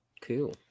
Cool